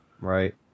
right